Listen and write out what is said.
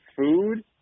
food